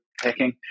packing